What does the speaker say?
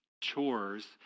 chores